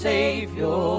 Savior